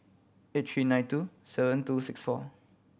eight three nine two seven two six four